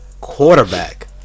quarterback